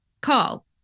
call